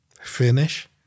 Finish